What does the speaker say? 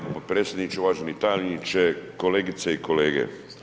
Potpredsjedniče, uvaženi tajniče, kolegice i kolege.